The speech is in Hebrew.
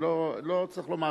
לא צריך לומר